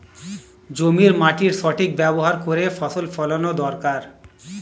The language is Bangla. জমির মাটির সঠিক ব্যবহার করে ফসল ফলানো দরকারি